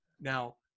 Now